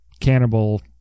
cannibal